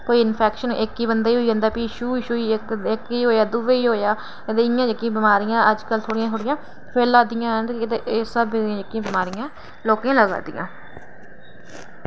होई इंफैक्शन इक बंदे गी होई जंदा प्ही छूही छूही इक्क गी होआ दूए गी होआ इं'या अजकल दियां बमारियां जेह्कियां फैला दियां हैन ते इस स्हाबै दियां बमारियां लोकें गी लग्गा दियां